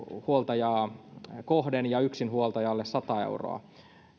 huoltajaa kohden ja yksinhuoltajalle sata euroa